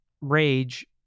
rage